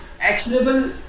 actionable